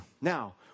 Now